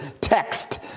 text